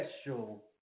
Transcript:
special